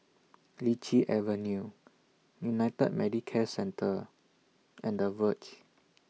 Lichi Avenue United Medicare Centre and The Verge